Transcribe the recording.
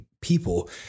people